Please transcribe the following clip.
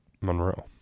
Monroe